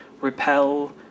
repel